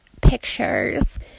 pictures